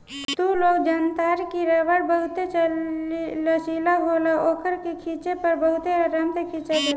तू लोग जनतार की रबड़ बहुते लचीला होला ओकरा के खिचे पर बहुते आराम से खींचा जाला